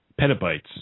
petabytes